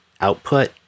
output